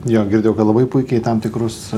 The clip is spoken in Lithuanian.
jo girdėjau kad labai puikiai tam tikrus